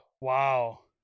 wow